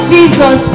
Jesus